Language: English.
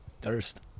Thirst